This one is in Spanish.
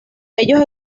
ellos